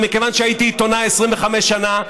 מכיוון שהייתי עיתונאי 25 שנה,